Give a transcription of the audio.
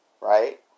Right